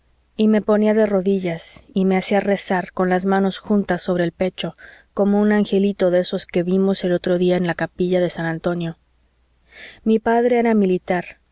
y me ponía de rodillas y me hacía rezar con las manos juntas sobre el pecho como un angelito de esos que vimos el otro día en la capilla de san antonio mi padre era militar